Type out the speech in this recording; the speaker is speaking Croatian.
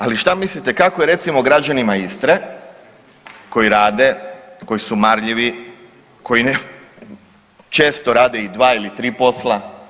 Ali što mislite kako je recimo građanima Istre koji rade, koji su marljivi koji često rade i dva ili tri posla.